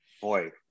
Boy